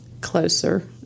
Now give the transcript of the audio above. closer